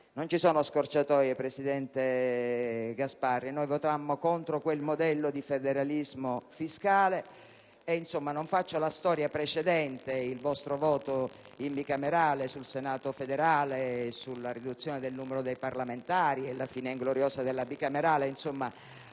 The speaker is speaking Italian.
Non ci sono scorciatoie, però, presidente Gasparri: noi votammo contro quel modello di Senato federale, ma non illustro la storia precedente, il vostro voto in Bicamerale sul Senato federale e sulla riduzione del numero dei parlamentari, la fine ingloriosa della stessa